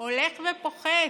הולך ופוחת.